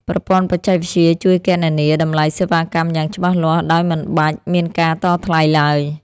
ប្រព័ន្ធបច្ចេកវិទ្យាជួយគណនាតម្លៃសេវាកម្មយ៉ាងច្បាស់លាស់ ដោយមិនបាច់មានការតថ្លៃឡើយ។